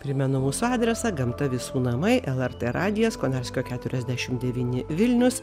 primena mūsų adresą gamta visų namai lrt radijas konarskio keturiasdešim devyni vilnius